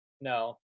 No